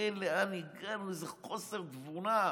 תראה לאן הגענו, איזה חוסר תבונה,